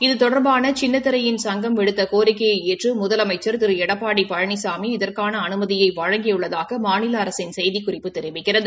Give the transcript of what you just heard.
இது தொடர்பான சின்னத்திரையினா் சங்கம் விடுத்த கோரிக்கையை ஏற்று முதலமைச்சா் திரு எடப்பாடி பழனிசாமி இதற்கான அனுமதியை வழங்கியுள்ளதாக மாநில அரசின் செய்திக்குறிப்பு தெரிவிக்கிறது